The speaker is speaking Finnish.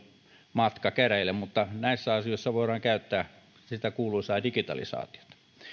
matka käräjille mutta näissä asioissa voidaan käyttää sitä kuuluisaa digitalisaatiota